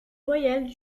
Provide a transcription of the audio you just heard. voyelles